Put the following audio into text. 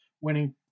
winning